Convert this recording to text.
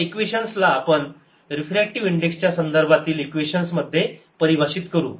या इक्वेशन्स ला आपण रिफ्रॅक्टिवे इंडेक्स च्या संदर्भातील इक्वेशन्स मध्ये परिभाषित करू